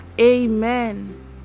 Amen